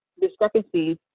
discrepancies